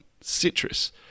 Citrus